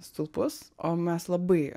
stulpus o mes labai